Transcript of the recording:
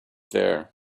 there